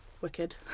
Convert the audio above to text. wicked